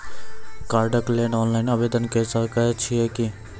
कार्डक लेल ऑनलाइन आवेदन के सकै छियै की?